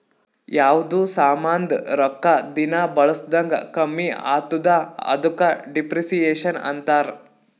ಯಾವ್ದು ಸಾಮಾಂದ್ ರೊಕ್ಕಾ ದಿನಾ ಬಳುಸ್ದಂಗ್ ಕಮ್ಮಿ ಆತ್ತುದ ಅದುಕ ಡಿಪ್ರಿಸಿಯೇಷನ್ ಅಂತಾರ್